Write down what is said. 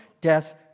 death